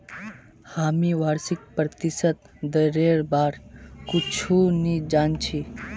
हामी वार्षिक प्रतिशत दरेर बार कुछु नी जान छि